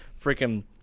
freaking